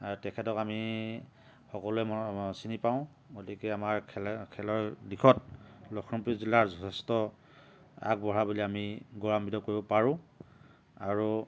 আৰু তেখেতক আমি সকলোৱে চিনি পাওঁ গতিকে আমাৰ খেলে খেলৰ দিশত লখিমপুৰ জিলা যথেষ্ট আগবঢ়া বুলি আমি গৌৰৱাম্বিত কৰিব পাৰোঁ আৰু